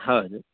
ಹೌದು